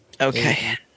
Okay